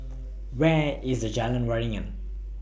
Where IS Jalan Waringin